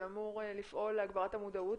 שאמור לפעול להגברת המודעות